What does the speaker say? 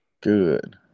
Good